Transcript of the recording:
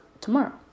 tomorrow